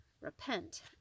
repent